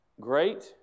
Great